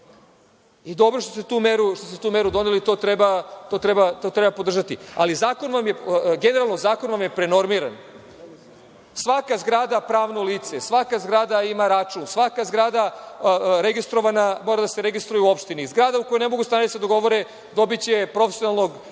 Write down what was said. I dobro je što ste tu meru doneli, to treba podržati. Ali, generalno, zakon vam je prenormiran - svaka zgrada pravno lice, svaka zgrada ima račun, svaka zgrada mora da se registruje u opštini, zgrada u kojoj ne mogu stanari da se dogovore dobiće profesionalnog činovnika